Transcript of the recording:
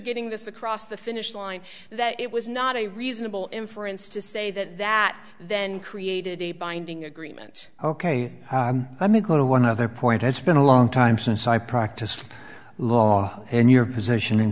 getting this across the finish line that it was not a reasonable inference to say that that then created a binding agreement ok let me go to one other point it's been a long time since i practiced law and your position in